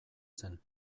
zen